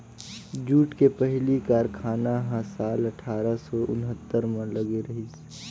jute के पहिली कारखाना ह साल अठारा सौ उन्हत्तर म लगे रहिस